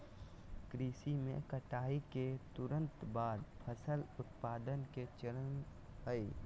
कृषि में कटाई के तुरंत बाद फसल उत्पादन के चरण हइ